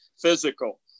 physical